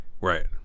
Right